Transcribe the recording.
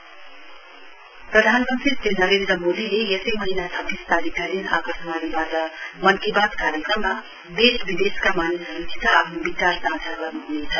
PM Mann ki Baat प्रधानमन्त्री श्री नरेन्द्र मोदीले यसै महीना छब्बीस तारीकका दिन आकाशवाणी बाट मन की बात कार्यक्रममा देश विदेशका मानिसहरूसित आफ्नो विचार साझा गर्नुहुनेछ